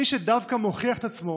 מי שדווקא מוכיח את עצמו